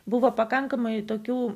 buvo pakankamai tokių